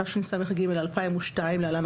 התשס"ג-2002 (להלן,